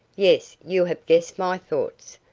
yes, you have guessed my thoughts.